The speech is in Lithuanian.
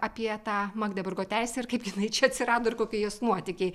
apie tą magdeburgo teisę ir kaip jinai čia atsirado ir kokie jos nuotykiai